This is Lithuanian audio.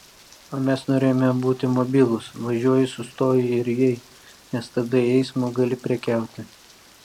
o mes norėjome būti mobilūs važiuoji sustoji ir jei nestabdai eismo gali prekiauti